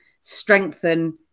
strengthen